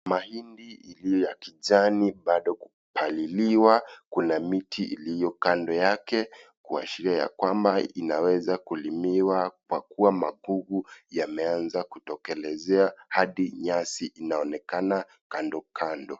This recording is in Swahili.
Mahindi iliyo ya kijani bado kupaliliwa, kuna miti iliyo kando yake kuashiria ya kwamba, inaweza kulimiwa kwa kuwa magugu yameanza kutokelezea hadi nyasi inaonekana kando kando.